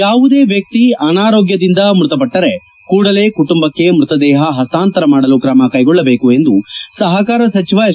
ಯಾವುದೇ ವ್ಯಕ್ತಿ ಅನಾರೋಗ್ಲದಿಂದ ಮೃತಪಟ್ಲರೆ ಕೂಡಲೇ ಕುಟುಂಬಕ್ಕೆ ಮೃತದೇಹ ಹಸ್ತಾಂತರ ಮಾಡಲು ಕ್ರಮ ಕೈಗೊಳ್ಳಬೇಕು ಎಂದು ಸಹಕಾರ ಸಚಿವ ಎಸ್